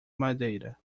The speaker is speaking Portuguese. madeira